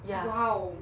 !wow!